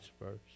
first